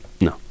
No